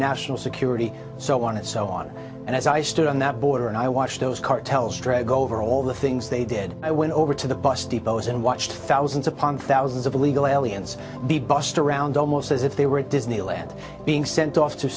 national security so on and so on and as i stood on that border and i watched those cartels drag over all the things they did i went over to the bus depots and watched thousands upon thousands of illegal be bussed around almost as if they were disneyland being sent off to